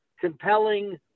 compelling